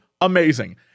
amazing